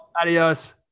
Adios